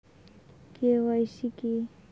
KYC কী?